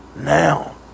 now